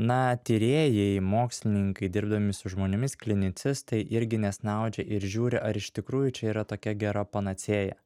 na tyrėjai mokslininkai dirbdami su žmonėmis klinicistai irgi nesnaudžia ir žiūri ar iš tikrųjų čia yra tokia gera panacėja